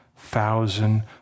thousand